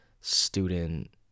student